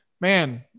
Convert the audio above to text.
man